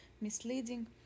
misleading